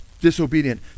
disobedient